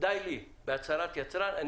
שדי לי בהצהרת יצרן,